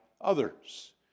others